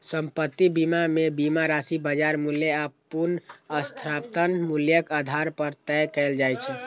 संपत्ति बीमा मे बीमा राशि बाजार मूल्य आ पुनर्स्थापन मूल्यक आधार पर तय कैल जाइ छै